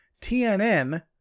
TNN